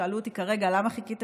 שאלו אותי כרגע: למה חיכיתם?